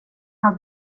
har